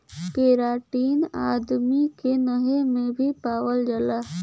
keratin आदमी के नहे में भी पावल जाला